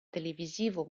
televisivo